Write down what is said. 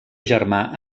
germà